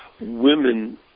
women